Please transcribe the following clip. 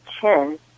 chin